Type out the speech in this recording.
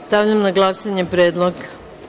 Stavljam na glasanje predlog.